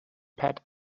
pat